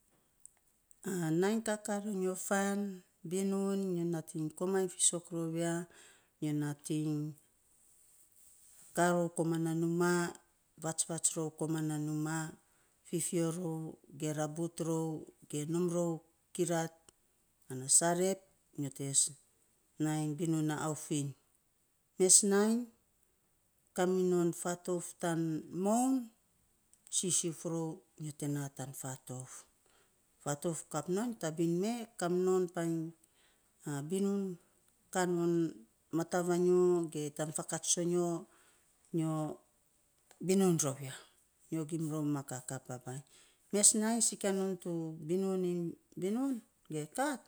nainy kakaa ronyo fan. Binun nyo nating komainy fiisok rou ya, nyo nating kaa rou koman na numaa, vatsvats rou koman na numaa, fifio rou ge rabut rou ge nom rou kirat ana sarep, te nai binun a aufuiny mes nainy, kaminon fatouf tan moun, sisiuf rou nyo te naa tan fatouf fatouf. Kap non, tabin mee kaa minon painy binun kaa non mata vanyo ge tan fakats tsonyo, nyo binun rou ya. Gim rou ma kakaa babainy, nainy sikia non ta binun iny kat,